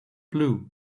blue